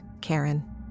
Karen